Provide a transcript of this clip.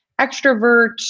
extrovert